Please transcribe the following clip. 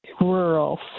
rural